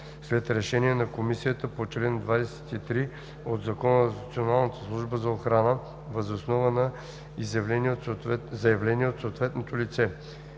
след решение на комисията по чл. 23 от Закона за Националната служба за охрана, въз основа на заявление от съответното лице.